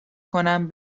کنم